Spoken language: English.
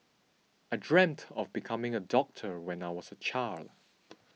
I dreamt of becoming a doctor when I was a child